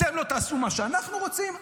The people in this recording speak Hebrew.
אתם לא תעשו מה שאנחנו רוצים,